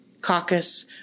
caucus